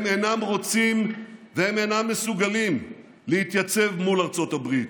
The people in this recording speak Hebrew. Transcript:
הם אינם רוצים והם אינם מסוגלים להתייצב מול ארצות הברית.